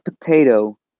potato